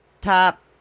Top